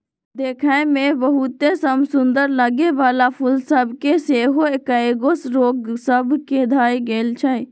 देखय में बहुते समसुन्दर लगे वला फूल सभ के सेहो कएगो रोग सभ ध लेए छइ